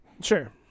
Sure